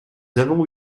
avons